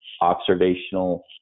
observational